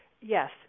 Yes